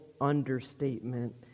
understatement